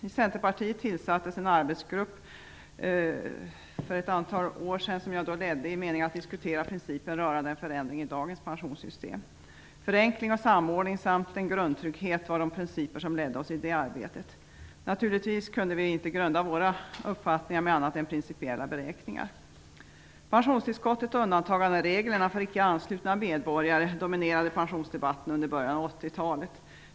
I Centerpartiet tilsattes för flera år sedan en arbetsgrupp, som jag ledde, med syfte att diskutera principen rörande en förändring i dagens pensionssystem. Förenkling och samordning samt en grundtrygghet var de principer som ledde oss i det arbetet. Naturligtvis kunde vi inte grunda våra uppfattningar på annat än principiella beräkningar. Pensionstillskottet och undantagandereglerna för icke anslutna medborgare dominerade pensionsdebatten under början av 1980-talet.